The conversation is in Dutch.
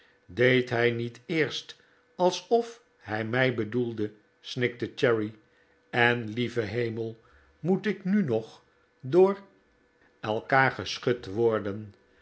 deed hij niet eerst alsof hij mij bedoelde snikte cherry en lieve hemel moet ik nu nog door elkaar geschud worden